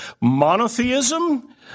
monotheism